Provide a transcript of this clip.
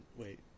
wait